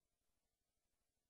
תרגילים ביחסי ציבור?